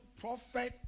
prophet